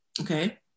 okay